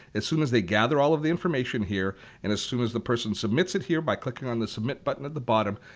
as soon as they gather all of the information here and as soon as the person submits it here by clicking on the submit button at the bottom,